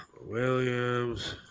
Williams